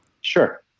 Sure